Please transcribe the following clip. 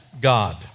God